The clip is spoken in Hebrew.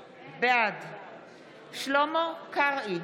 בעד שלמה קרעי,